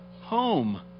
Home